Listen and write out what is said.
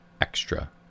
extra